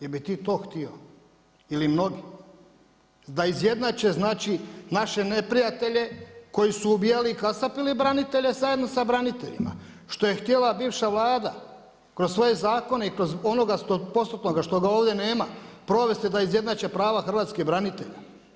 Jel' bi ti to htio ili mnogi, da izjednače znači naše neprijatelje koji su ubijali i kasapili branitelje zajedno sa braniteljima što je htjela bivša Vlada kroz svoje zakone i kroz onoga stopostotnoga što ga ovdje nema provesti da izjednače prava hrvatskih branitelja.